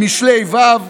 במשלי ו'